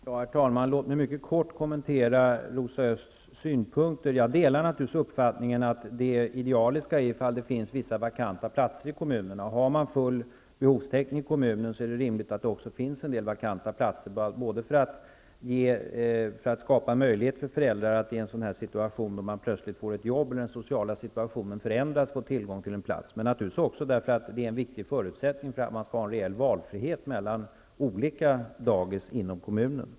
Herr talman! Låt mig mycket kort kommentera Rosa Ösths synpunkter. Jag delar naturligtvis uppfattningen att det idealiska är att det finns vissa vakanta platser i kommunerna. Har man full behovstäckning i kommunen är det rimligt att det också finns en del vakanta platser, både för att skapa möjlighet för föräldrar att då man plötsligt får ett jobb och den sociala situationen förändras få tillgång till en plats, och för att det är en viktig förutsättning för att man skall ha en reell valfrihet mellan olika dagis inom kommunen.